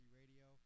radio